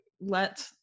let